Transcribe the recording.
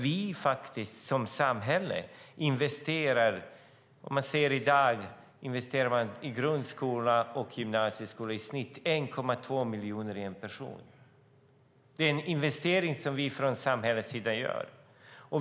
Vi som samhälle investerar i dag i grundskola och i gymnasieskola i snitt 1,2 miljoner per person. Det är en investering som vi gör från samhällets sida.